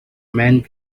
man